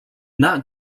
that